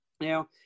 Now